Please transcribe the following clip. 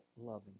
loving